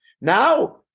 Now